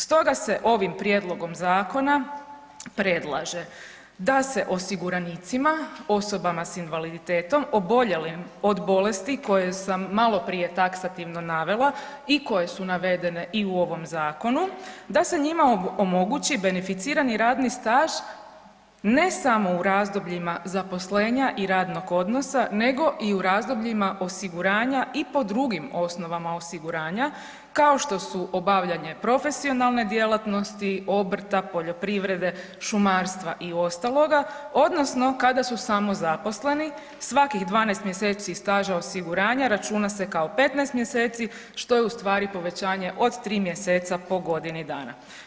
Stoga se ovim prijedlogom zakona predlaže da se osiguranicima osobama s invaliditetom oboljelim od bolesti koje sam maloprije taksativno navela i koje su navedene i u ovom zakonu da se njima omogući beneficirani radni staž ne samo u razdobljima zaposlenja i radnog odnosa nego i u razdobljima osiguranja i po drugim osnovama osiguranja kao što su obavljanje profesionalne djelatnosti, obrta, poljoprivrede, šumarstva i ostaloga odnosno kada su samozaposlenih svakih 12 mjeseci staža osiguranja računa se kao 15 mjeseci što je u stvari povećanje od 3 mjeseca po godini dana.